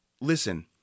Listen